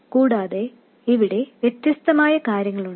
കൂടാതെ ഇവിടെ വ്യത്യസ്തമായ കാര്യങ്ങളുണ്ട്